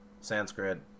sanskrit